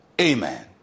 Amen